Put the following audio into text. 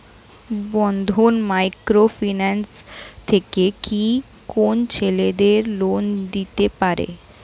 বন্ধন micro finance থেকে কি কোন ছেলেদের লোন দিতে পারে?